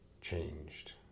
changed